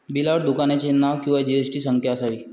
बिलावर दुकानाचे नाव किंवा जी.एस.टी संख्या असावी